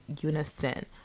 unison